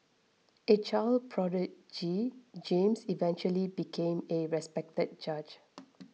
a child prodigy James eventually became a respected judge